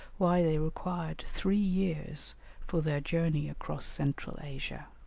why they required three years for their journey across central asia.